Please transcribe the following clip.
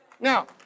Now